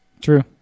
True